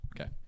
Okay